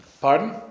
Pardon